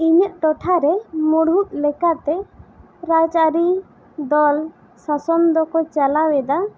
ᱤᱧᱟᱹᱜ ᱴᱚᱴᱷᱟ ᱨᱮ ᱢᱩᱲᱩᱛ ᱞᱮᱠᱟ ᱛᱮ ᱨᱟᱡᱽ ᱟᱹᱨᱤ ᱫᱚᱞ ᱥᱟᱥᱚᱱ ᱫᱚᱠᱚ ᱪᱟᱞᱟᱣ ᱮᱫᱟ